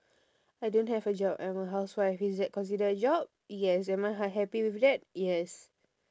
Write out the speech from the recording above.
I don't have a job I'm a housewife is that considered a job yes am I unhappy with that yes